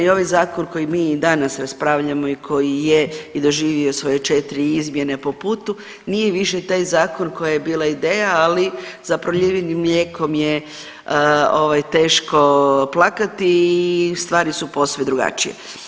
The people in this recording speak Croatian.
I ovaj zakon koji mi i danas raspravljamo i koji je i doživio svoje četiri izmjene po putu nije više taj zakon koja je bila ideja, ali za prolivenim mlijekom je teško plakati i stvari su posve drugačije.